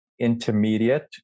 intermediate